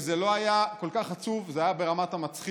אם זה לא היה כל כך עצוב זה היה ברמת המצחיק.